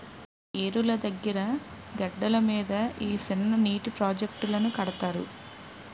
ఏరుల దగ్గిర గెడ్డల మీద ఈ సిన్ననీటి ప్రాజెట్టులను కడతారు